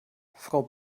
frau